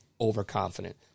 overconfident